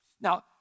Now